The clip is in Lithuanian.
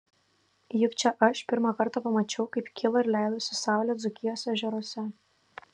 juk čia aš pirmą kartą pamačiau kaip kilo ir leidosi saulė dzūkijos ežeruose